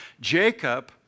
Jacob